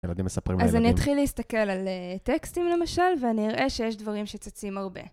אז אני אתחיל להסתכל על טקסטים למשל, ואני אראה שיש דברים שצצים הרבה.